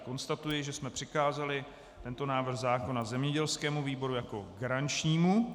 Konstatuji, že jsme přikázali tento návrh zákona zemědělskému výboru jako garančnímu.